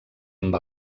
amb